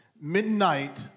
midnight